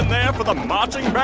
yeah for the marching band?